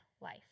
life